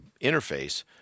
interface